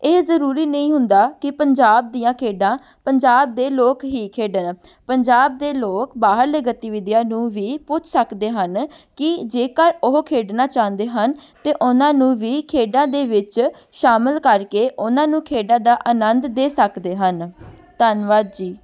ਇਹ ਜ਼ਰੂਰੀ ਨਹੀਂ ਹੁੰਦਾ ਕਿ ਪੰਜਾਬ ਦੀਆਂ ਖੇਡਾਂ ਪੰਜਾਬ ਦੇ ਲੋਕ ਹੀ ਖੇਡਣ ਪੰਜਾਬ ਦੇ ਲੋਕ ਬਾਹਰਲੇ ਗਤੀਵਿਧੀਆਂ ਨੂੰ ਵੀ ਪੁੱਛ ਸਕਦੇ ਹਨ ਕਿ ਜੇਕਰ ਉਹ ਖੇਡਣਾ ਚਾਹੁੰਦੇ ਹਨ ਤਾਂ ਉਹਨਾਂ ਨੂੰ ਵੀ ਖੇਡਾਂ ਦੇ ਵਿੱਚ ਸ਼ਾਮਿਲ ਕਰਕੇ ਉਹਨਾਂ ਨੂੰ ਖੇਡਾਂ ਦਾ ਆਨੰਦ ਦੇ ਸਕਦੇ ਹਨ ਧੰਨਵਾਦ ਜੀ